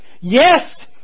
Yes